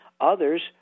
Others